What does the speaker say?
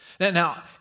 Now